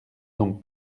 donc